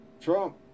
Trump